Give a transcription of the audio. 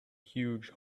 huge